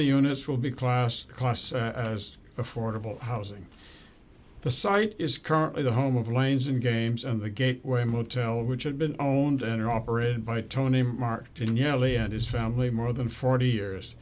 the units will be classed costs as affordable housing the site is currently the home of lanes and games and the gateway motel which had been owned and operated by tony martin yeah he and his family more than forty years